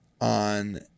on